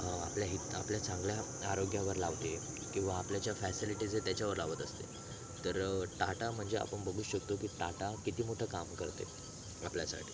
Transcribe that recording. आपल्या हि आपल्या चांगल्या आरोग्यावर लावते किंवा आपल्या ज्या फॅसिलिटीज आहेत त्याच्यावर लावत असते तर टाटा म्हणजे आपण बघू शकतो की टाटा किती मोठं काम करते आपल्यासाठी